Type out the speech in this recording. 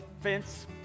fence